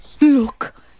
Look